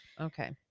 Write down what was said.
Okay